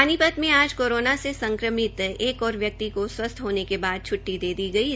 पानीपत में आज कोरोना से संक्रमित एक और व्यक्ति की स्वस्थ होने के बाद छटटी दे दी है